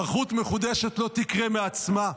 היערכות מחודשת לא תקרה מעצמה,